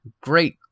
Great